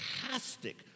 fantastic